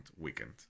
weekend